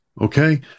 okay